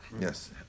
yes